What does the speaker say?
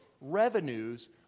revenues